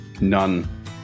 None